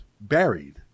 buried